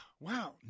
Wow